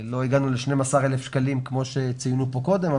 לא הגענו ל-12,000 שקלים כמו שציינו פה קודם,